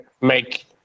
make